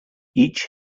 each